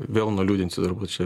vėl nuliūdinsiu turbūt čia